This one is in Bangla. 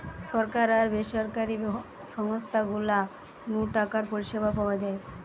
সরকার আর বেসরকারি সংস্থা গুলা নু টাকার পরিষেবা পাওয়া যায়